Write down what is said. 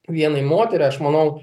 vienai moteriai aš manau